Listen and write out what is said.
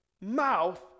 mouth